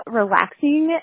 relaxing